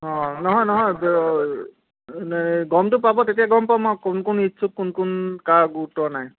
অঁ নহয় নহয় গমটো পাব তেতিয়া গম পাম আৰু মই কোন কোন ইচ্ছুক কোন কোন কাৰ গুৰুত্ব নাই